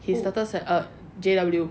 he started err J_W